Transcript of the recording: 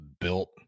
built